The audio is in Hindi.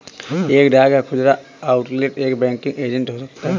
एक डाक या खुदरा आउटलेट एक बैंकिंग एजेंट हो सकता है